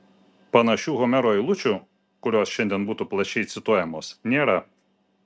panašių homero eilučių kurios šiandien būtų plačiai cituojamos nėra